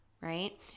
right